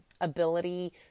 ability